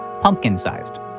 pumpkin-sized